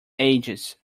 ages